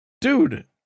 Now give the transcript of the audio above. dude